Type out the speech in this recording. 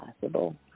possible